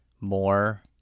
more